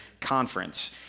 conference